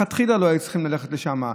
לכתחילה לא היו צריכים ללכת לשם,